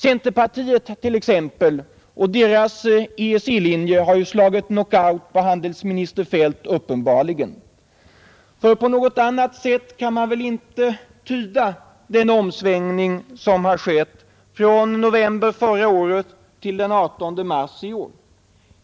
Centerpartiet t.ex. och dess EEC-linje har ju uppenbarligen slagit knock out på handelsminister Feldt. På något annat sätt kan man väl inte tyda den omsvängning som har skett från november förra året till den 18 mars i år.